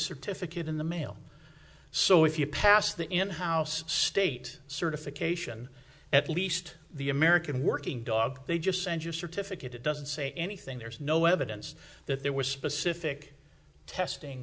certificate in the mail so if you pass the in house state certification at least the american working dog they just send you a certificate it doesn't say anything there's no evidence that there was specific testing